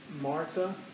Martha